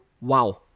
wow